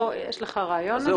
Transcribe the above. יש לך רעיון לדבר כזה?